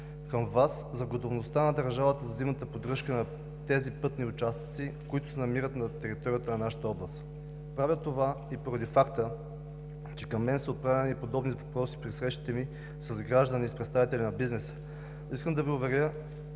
въпрос за готовността на държавата за зимната поддръжка на тези пътни участъци, които се намират на територията на нашата област. Правя това и поради факта, че към мен са отправени подобни въпроси при срещите ми с граждани и с представители на бизнеса. Искам да Ви уверя,